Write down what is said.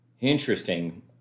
Interesting